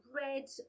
red